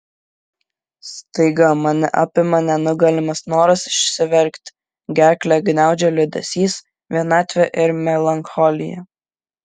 staiga mane apima nenugalimas noras išsiverkti gerklę gniaužia liūdesys vienatvė ir melancholija